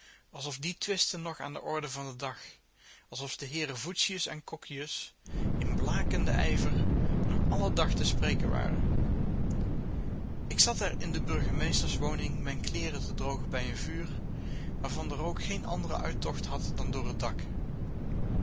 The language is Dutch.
alsof die twisten nog aan de orde van den dag alsof de heeren voetius en coccejus in blakenden ijver nog alle dag te spreken waren ik zat er in de burgemeesterswoning mijn kleeren te drogen bij een vuur waarvan de rook geen anderen uittocht had dan door het dak